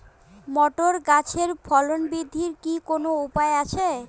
Motor গাছের ফলন বৃদ্ধির কি কোনো উপায় আছে?